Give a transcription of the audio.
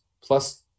plus